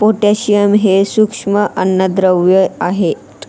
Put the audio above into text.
potassium हे सूक्ष्म अन्नद्रव्ये आहेत